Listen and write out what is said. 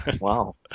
wow